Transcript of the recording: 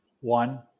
One